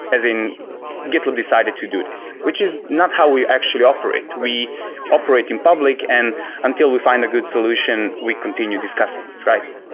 as in gitlab decided to do this, which is not how we actually operate. we operate in public, and until we find a good solution, we continue discussing it, right?